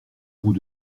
bout